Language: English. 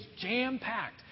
jam-packed